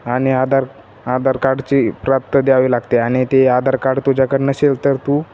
आणि आधार आधार कार्डची प्राप्त द्यावी लागते आणि ते आधार कार्ड तूझ्याकड नसेल तर तू